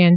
N